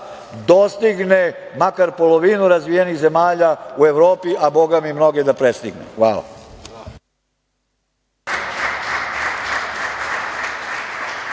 dostigne makar polovinu razvijenih zemalja u Evropi, a boga mi i mnoge da prestigne. Hvala.